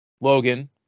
Logan